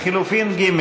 לחלופין ג',